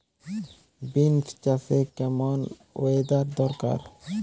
Beans চাষে কেমন weather দরকার?